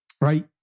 right